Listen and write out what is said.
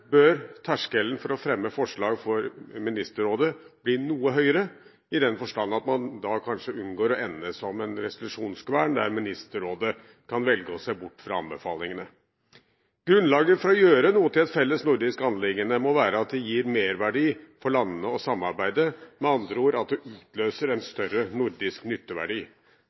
bør terskelen for å fremme forslag til Ministerrådet bli noe høyere, i den forstand at man da kanskje unngår å ende som en resolusjonskvern der Ministerrådet kan velge å se bort fra anbefalingene. Grunnlaget for å gjøre noe til et felles nordisk anliggende må være at det gir merverdi for landene å samarbeide, med andre ord utløser en større nordisk nytteverdi.